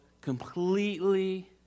completely